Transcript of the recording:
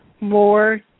more